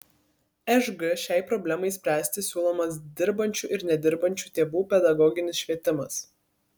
šg šiai problemai spręsti siūlomas dirbančių ir nedirbančių tėvų pedagoginis švietimas